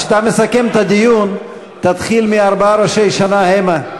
כשאתה מסכם את הדיון תתחיל מארבעה ראשי שנה המה.